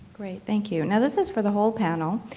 thank you. and this is for the whole panel.